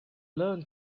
learn